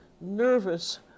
nervous